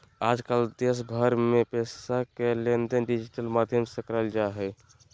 आजकल देश भर मे पैसा के लेनदेन डिजिटल माध्यम से करल जा हय